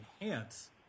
enhance